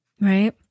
Right